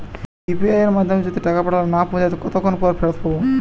UPI য়ের মাধ্যমে টাকা পাঠালে যদি না পৌছায় কতক্ষন পর ফেরত হবে?